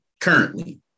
Currently